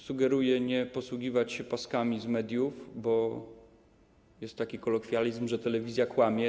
Sugeruję nie posługiwać się paskami z mediów, bo jest taki kolokwializm, że telewizja kłamie.